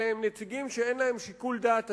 אלה הם נציגים שאין להם שיקול דעת עצמאי,